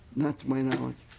not to my knowledge.